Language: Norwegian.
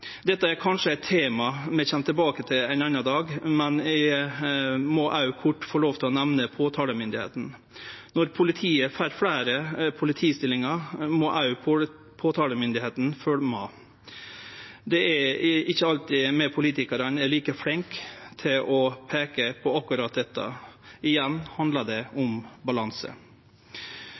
Dette er kanskje eit tema vi kjem tilbake til ein annan dag, men eg må òg kort få lov til å nemne påtalemakta. Når politiet får fleire politistillingar, må òg påtalemakta følgje med. Det er ikkje alltid vi politikarar er like flinke til å peike på akkurat dette. Igjen handlar det om balanse.